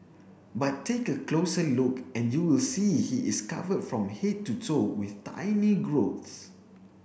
but take a closer look and you will see he is covered from head to toe with tiny growths